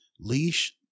leash